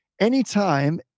anytime